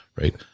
right